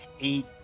eight